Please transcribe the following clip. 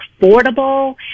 affordable